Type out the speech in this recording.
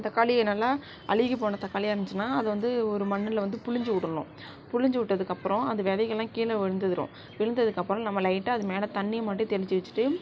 தக்காளியை நல்லா அழுகி போன தக்காளியாக இருந்துச்சுன்னா அதை வந்து ஒரு மண்ணில் வந்து பிழிஞ்சி விடுணும் பிழிஞ்சி விட்டதுக்கப்றம் அது விதைகள்லாம் கீழே விழுந்துடும் விழுந்ததுக்கப்புறம் நம்ம லைட்டாக அது மேலே தண்ணியை மட்டும் தெளிச்சு வச்சுட்டு